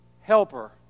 helper